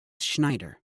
schneider